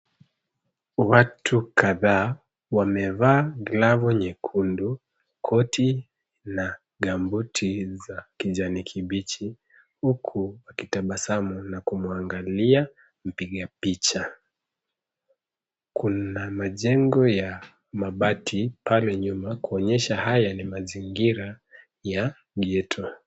Watu kadhaa wamevaa glavu nyekundu, koti na gambuti za kijani kibichi, huku wakitabasamu na kumwangalia mpiga picha. Kuna majengo ya mabati pale nyuma kuonyesha haya ni mazingira ya ghetto .